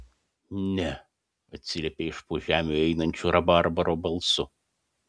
ne atsiliepė iš po žemių einančiu rabarbaro balsu